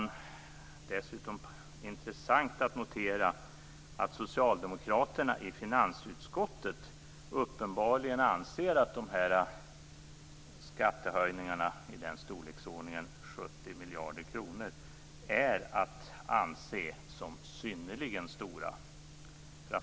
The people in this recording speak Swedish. Det är dessutom intressant att notera att socialdemokraterna i finansutskottet uppenbarligen anser att skattehöjningar i storleksordningen 70 miljarder kronor är att anse som synnerligen stora.